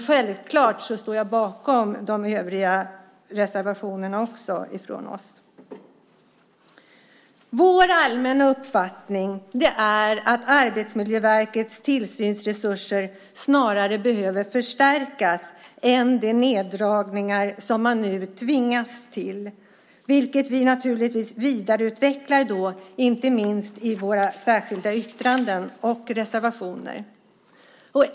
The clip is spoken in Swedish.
Självklart står jag bakom de övriga reservationerna från oss. Vår allmänna uppfattning är att Arbetsmiljöverkets tillsynsresurser snarare behöver förstärkas än dras ned på som man nu tvingas till, vilket vi naturligtvis vidareutvecklar, inte minst i våra särskilda yttranden och reservationer.